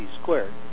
squared